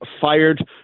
fired